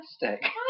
fantastic